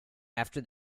after